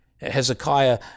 Hezekiah